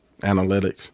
Analytics